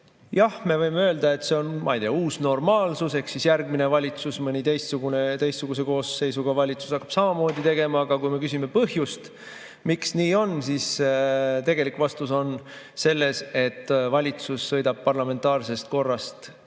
me võime öelda, et see on, ma ei tea, uus normaalsus ja eks siis järgmine valitsus, mõni teistsugune, teistsuguse koosseisuga valitsus hakkab samamoodi tegema. Aga kui me küsime põhjust, miks nii on, siis tegelik vastus on see, et valitsus sõidab parlamentaarsest korrast juba